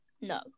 No